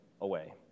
away